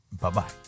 bye-bye